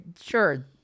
Sure